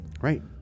Right